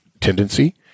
tendency